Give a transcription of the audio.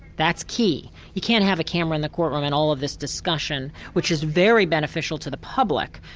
that's key. you can't have a camera in the court room and all of this discussion which is very beneficial to the public,